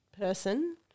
person